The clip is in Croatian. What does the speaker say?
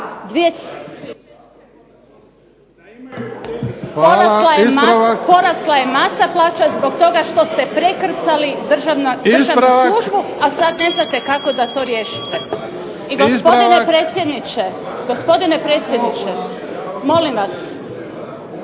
(SDP)** Porasla je masa plaća zbog toga što ste prekrcali državnu službu, a sad ne znate kako da to riješite. I gospodine predsjedniče, molim vas,